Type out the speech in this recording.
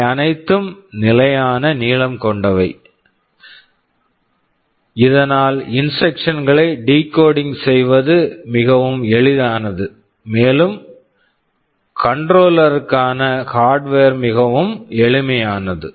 அவை அனைத்தும் நிலையான நீளம் கொண்டவை இதனால் இன்ஸ்ட்ரக்சன் instructions களை டிகோடிங் decoding செய்வது மிகவும் எளிதானது மேலும் கண்ட்ரோலர் controller க்கான ஹார்ட்வர் hardware மிகவும் எளிமையானது